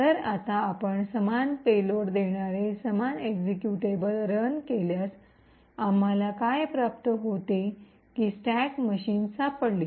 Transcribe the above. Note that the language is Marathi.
तर आता आपण समान पेलोड देणारे समान एक्सिक्यूटेबल रन केल्यास आम्हाला काय प्राप्त होते की स्टॅक मशीन सापडली